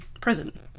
prison